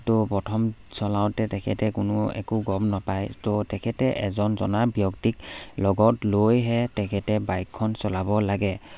ত' প্ৰথম চলাওঁতে তেখেতে কোনো একো গম নাপায় ত' তেখেতে এজন জনা ব্যক্তিক লগত লৈহে তেখেতে বাইকখন চলাব লাগে